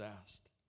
asked